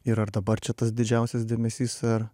ir ar dabar čia tas didžiausias dėmesys ar